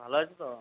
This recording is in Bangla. ভালো আছো তো